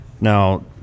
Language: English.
Now